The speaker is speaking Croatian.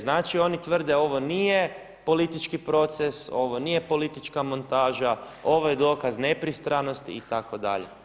Znači oni tvrde ovo nije politički proces, ovo nije politička montaža, ovo je dokaz nepristranosti itd.